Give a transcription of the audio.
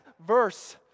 verse